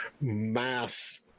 mass